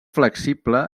flexible